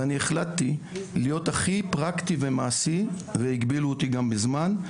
ואני החלטתי להיות הכי פרקטי ומעשי והגבילו אותי גם בזמן,